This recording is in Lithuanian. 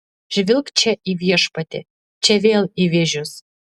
žvilgt čia į viešpatį čia vėl į vėžius